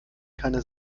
keine